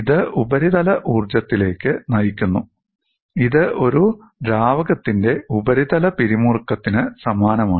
ഇത് ഉപരിതല ഊർജ്ജത്തിലേക്ക് നയിക്കുന്നു ഇത് ഒരു ദ്രാവകത്തിന്റെ ഉപരിതല പിരിമുറുക്കത്തിന് സമാനമാണ്